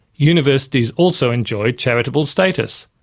universities also enjoy charitable status.